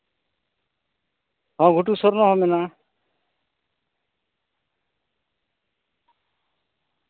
ᱦᱚᱸ ᱜᱷᱩᱴᱩ ᱥᱚᱨᱱᱚ ᱦᱚᱸ ᱢᱮᱱᱟᱜᱼᱟ